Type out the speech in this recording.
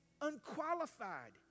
unqualified